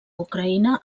ucraïna